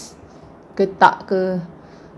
ketak ke